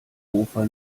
hofer